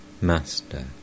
Master